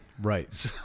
right